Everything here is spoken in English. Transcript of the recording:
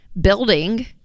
building